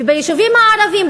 וביישובים הערביים,